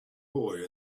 boy